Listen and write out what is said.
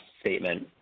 statement